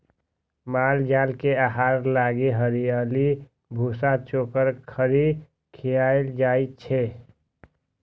माल जाल के आहार लागी हरियरी, भूसा, चोकर, खरी खियाएल जाई छै